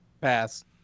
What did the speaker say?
pass